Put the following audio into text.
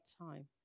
time